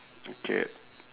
okay